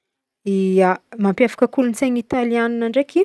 Ya, mampiavaka kolontsaigny italianina ndraiky,